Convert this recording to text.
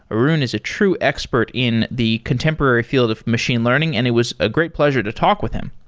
arun is a true expert in the contemporary field of machine learning and it was a great pleasure to talk with him.